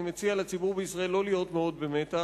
אני מציע לציבור בישראל לא להיות מאוד במתח,